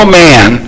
man